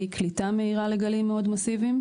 קליטה מהירה של גלי עלייה מאוד מאסיביים.